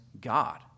God